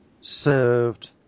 served